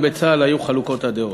גם בצה"ל היו חלוקות הדעות.